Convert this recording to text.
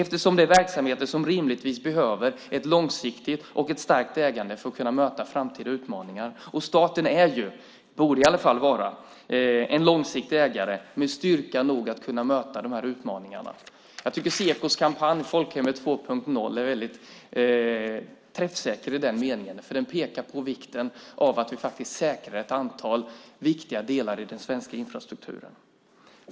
Det är verksamheter som rimligtvis behöver ett långsiktigt och starkt ägande för att kunna möta framtida utmaningar, och staten är ju, borde i alla fall vara, en långsiktig ägare med styrka nog att kunna möta de här utmaningarna. Jag tycker att Sekos kampanj Folkhemmet 2.0 är väldigt träffsäker i den meningen. Den pekar på vikten av att vi säkrar ett antal viktiga delar av den svenska infrastrukturen.